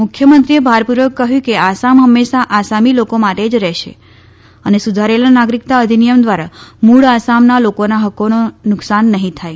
મુખ્યમંત્રીએ ભારપૂર્વક કહ્યું કે આસામ હમેંશા આસામી લોકો માટે જ રહેશે અને સુધારેલા નાગરિક્તા અધિનિથમ દ્વારા મૂળ આસામના લોકોના હક્કોને નુકસાન નહિં થાય